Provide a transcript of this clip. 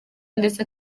ndetse